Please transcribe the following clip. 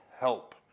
help